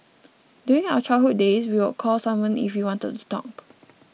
during our childhood days we would call someone if we wanted to talk